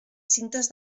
cintes